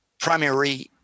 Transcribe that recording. primary